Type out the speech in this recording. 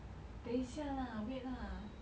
they can lah